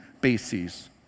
bases